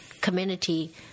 community